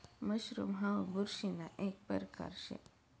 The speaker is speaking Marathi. मशरूम हाऊ बुरशीना एक परकार शे